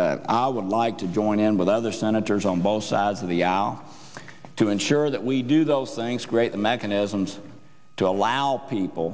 that i would like to join in with other senators on both sides of the aisle to ensure that we do those things great mechanisms to allow people